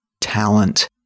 talent